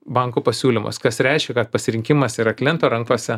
bankų pasiūlymus kas reiškia kad pasirinkimas yra kliento rankose